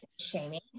shaming